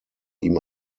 ihm